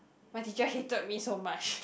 my teacher hated me so much